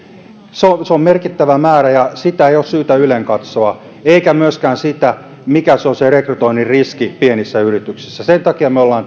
se on se on merkittävä määrä ja sitä ei ole syytä ylenkatsoa eikä myöskään sitä mikä on se rekrytoinnin riski pienissä yrityksissä sen takia me olemme